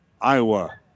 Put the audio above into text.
Iowa